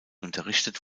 unterrichtet